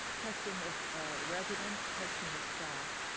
testing of residents, testing of staff.